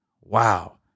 Wow